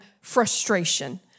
frustration